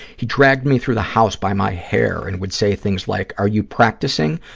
he dragged me through the house by my hair and would say things like, are you practicing,